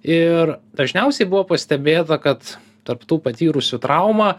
ir dažniausiai buvo pastebėta kad tarp tų patyrusių traumą